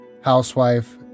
housewife